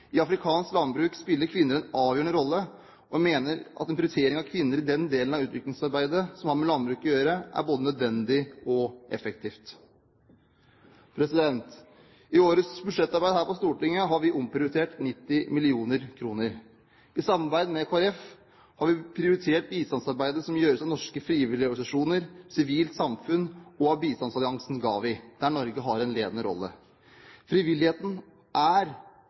i budsjettet. I afrikansk landbruk spiller kvinner en avgjørende rolle, og jeg mener at en prioritering av kvinner i den delen av utviklingsarbeidet som har med landbruket å gjøre, er både nødvendig og effektivt. I årets budsjettarbeid her på Stortinget har vi omprioritert 90 mill. kr. I samarbeid med Kristelig Folkeparti har vi prioritert bistandsarbeidet som gjøres av norske frivillige organisasjoner, sivilt samfunn og av bistandsalliansen GAVI, der Norge har en ledende rolle. Frivilligheten er